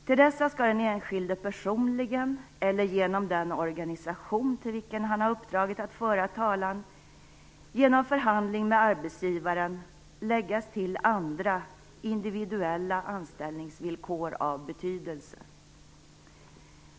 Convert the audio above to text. Till dessa skall den enskilde personligen eller genom den organisation till vilken han har uppdragit att föra talan, genom förhandling med arbetsgivaren lägga till andra, individuella anställningsvillkor av betydelse.